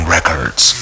Records